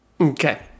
Okay